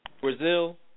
Brazil